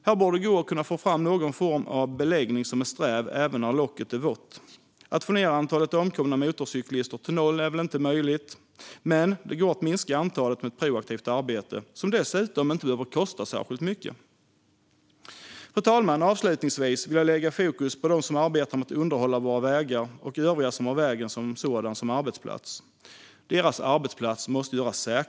Det borde kunna gå att få fram någon form av beläggning som är sträv även när locket är vått. Att få ned antalet omkomna motorcyklister till noll är väl inte möjligt, men det går att minska antalet med ett proaktivt arbete som dessutom inte behöver kosta särskilt mycket. Fru talman! Avslutningsvis vill jag sätta fokus på dem som arbetar med att underhålla våra vägar och övriga som har vägen som sådan som arbetsplats. Deras arbetsplats måste göras säkrare.